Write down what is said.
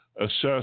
assess